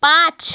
পাঁচ